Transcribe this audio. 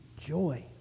joy